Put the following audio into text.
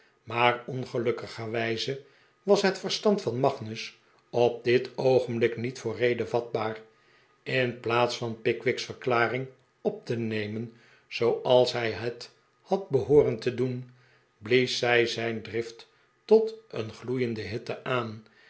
maar ongelukkiger wijze was het verstand van magnus op dit oogenblik niet voor rede vatbaar in plaats van pickwick's verklaring op te nemen zooals hij het had behooren te doen blies zij zijn drift tot een gloeiende hitte aan